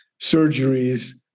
surgeries